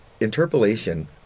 Interpolation